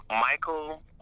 Michael